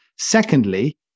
Secondly